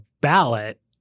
ballot